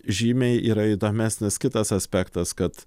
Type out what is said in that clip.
žymiai yra įdomesnis kitas aspektas kad